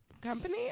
company